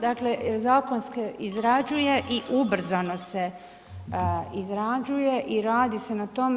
Dakle, zakon se izrađuje i ubrzano se izrađuje i radi se na tome.